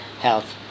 health